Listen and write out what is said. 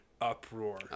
uproar